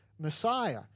Messiah